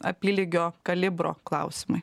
apylygio kalibro klausimai